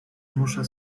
muszę